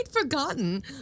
forgotten